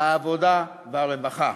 העבודה והרווחה.